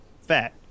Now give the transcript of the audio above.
fat